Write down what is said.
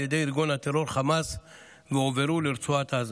ידי ארגון הטרור חמאס והועברו לרצועת עזה.